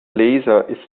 laser